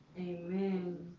Amen